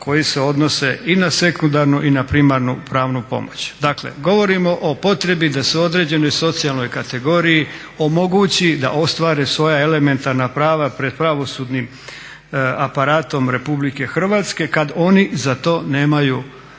koje se odnose i na sekundarnu i na primarnu pravnu pomoć. Dakle, govorimo o potrebi da se određenoj socijalnoj kategoriji omogući da ostvare svoja elementarna prava pred pravosudnim aparatom RH kada oni za to nemaju